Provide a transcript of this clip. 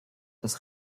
dass